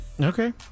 Okay